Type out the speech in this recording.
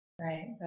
Right